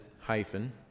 hyphen